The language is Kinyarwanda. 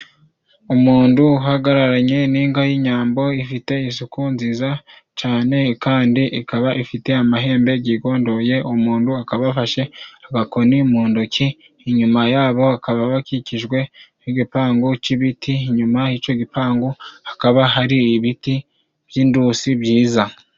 Umundu uhagararanye n'inga y'inyambo, ifite isuku nziza cane, kandi ikaba ifite amahembe gigondoye, umuntu akaba afashe agakoni mu ndoki, inyuma yabo hakaba bakikijwe n'igipangu c'ibiti, inyuma y'ico gipangu hakaba hari ibiti by'indusi byiza.